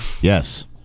Yes